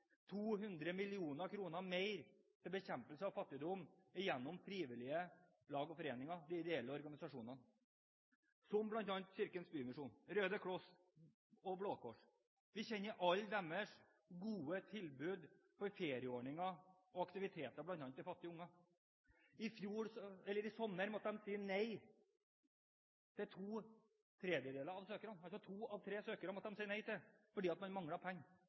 200 mill. kr mer til bekjempelse av fattigdom gjennom frivillige lag og foreninger, ideelle organisasjoner, som bl.a. Kirkens Bymisjon, Røde Kors og Blå Kors. Vi kjenner alle deres gode tilbud for ferieordninger og aktiviteter bl.a. til fattige barn. I sommer måtte de si nei til ⅔ av søkerne – altså to av tre søkere måtte de si nei til fordi man manglet penger. Fremskrittspartiet ønsker å legge til rette for at man